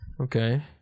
okay